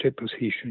position